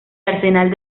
arsenal